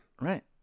Right